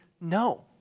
no